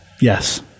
Yes